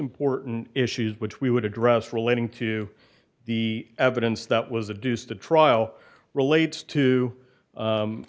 important issues which we would address relating to the evidence that was a deuce the trial relates to